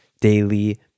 daily